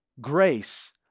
Grace